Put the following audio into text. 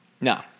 No